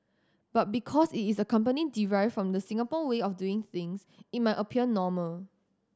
but because it is a company derived from the Singapore way of doing things it might appear normal